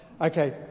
Okay